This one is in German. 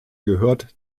gehört